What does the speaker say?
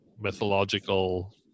mythological